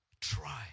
Try